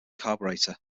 carburetor